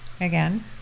again